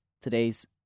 today's